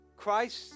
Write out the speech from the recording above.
Christ